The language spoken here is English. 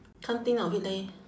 can't think of it leh